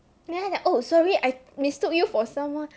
then 她讲 oh sorry I mistook you for someone